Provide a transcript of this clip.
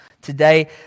today